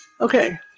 Okay